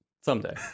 someday